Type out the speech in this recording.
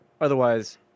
Otherwise